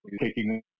taking